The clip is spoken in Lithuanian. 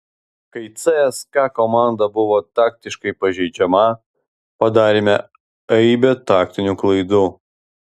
kai cska komanda buvo taktiškai pažeidžiama padarėme aibę taktinių klaidų